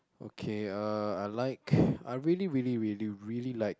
okay uh I like I really really really really like